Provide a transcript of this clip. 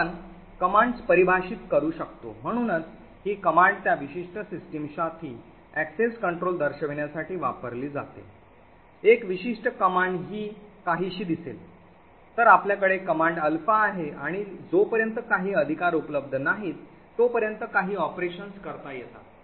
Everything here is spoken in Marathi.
आपण कमांड्स परिभाषित करू शकतो म्हणूनच ही command त्या विशिष्ट सिस्टमसाठी access control दर्शवण्यासाठी वापरली जाते एक विशिष्ट command ही काहीशी दिसेल तर आपल्याकडे command अल्फा आहे आणि जोपर्यंत काही अधिकार उपलब्ध नाहीत तोपर्यंत काही ऑपरेशन्स करता येतात